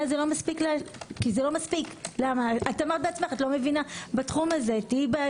את אמרת בעצמך - לא מבינה בתחום הזה.